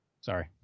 Sorry